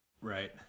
Right